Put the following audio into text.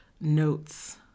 notes